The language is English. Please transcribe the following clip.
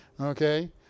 Okay